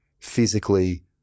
physically